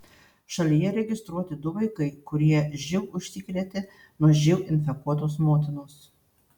šalyje registruoti du vaikai kurie živ užsikrėtė nuo živ infekuotos motinos